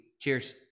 Cheers